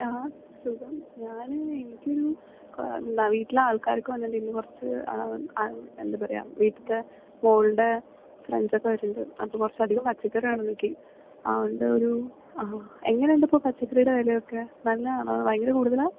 ആ സുഖം ഞാനിന്ന് എനിക്കൊരു വീട്ടിലാൾക്കാരൊക്കെ വന്നിട്ടുണ്ടായിരുന്നു കുറച്ച് എന്താ പറയുക വീട്ടിലത്തെ മകളുടെ ഫ്രണ്ട്സ് ഒക്കെ വരണുണ്ട് അപ്പം കുറച്ച് അധികം പച്ചക്കറി വേണം എനിക്ക് അതുകൊണ്ട് ഒരു എങ്ങനെ ഉണ്ട് ഇപ്പോൾ പച്ചക്കറിയുടെ വില ഒക്കെ നല്ലതാണോ ഭയങ്കര കൂടുതലാണോ